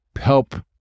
help